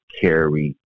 carry